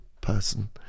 person